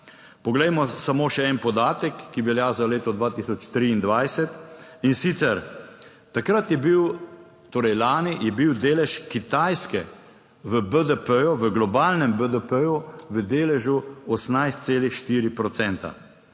Poglejmo samo še en podatek, ki velja za leto 2023. In sicer, takrat, torej lani, je bil delež Kitajske v globalnem BDP v deležu 18,4